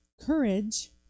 courage